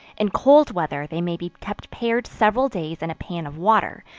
in cold weather they may be kept pared several days in a pan of water,